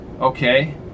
Okay